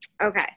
Okay